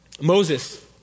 Moses